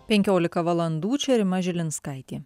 penkiolika valandų čia rima žilinskaitė